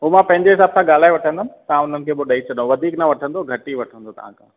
उहो मां पंहिंजे हिसाबु सां ॻाल्हाए वठंदुमि तव्हां उन्हनि खे पोइ ॾेई छॾो वधीक न वठंदो घटि ई वठंदो तव्हां खां